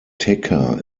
ticker